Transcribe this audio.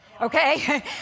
Okay